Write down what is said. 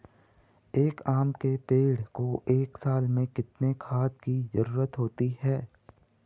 एक आम के पेड़ को एक साल में कितने खाद की जरूरत होती है?